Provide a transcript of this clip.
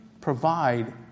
provide